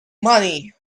money